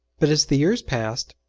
but as the years passed,